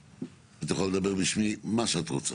את יכולה לדבר בשמי מה שאת רוצה